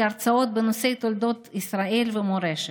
הרצאות בנושאי תולדות ישראל ומורשת.